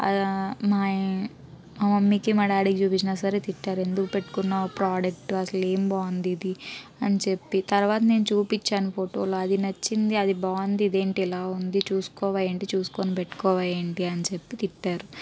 మా మమ్మీకి మా డాడీకి చూపించిన సరే తిట్టారు ఎందుకు పెట్టుకున్నావు ప్రోడక్ట్ అసలు ఏం బాగుంది ఇది అని చెప్పి తర్వాత నేను చూపించాను ఫోటోలు అది నచ్చింది అది బాగుంది ఇదేంటి ఇలా ఉంది చూసుకోవా ఏంటి చూసుకుని పెట్టుకోవా ఏంటి అని చెప్పి తిట్టారు